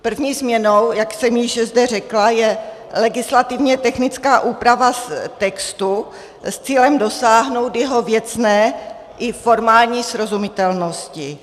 První změnou, jak jsem již zde řekla, je legislativně technická úprava textu s cílem dosáhnout jeho věcné i formální srozumitelnosti.